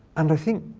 and i think,